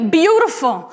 beautiful